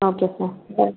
okay sir bye